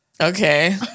Okay